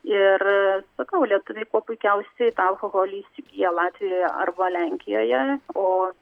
ir sakau lietuviai kuo puikiausiai tą alkoholį įsigyja latvijoje arba lenkijoje o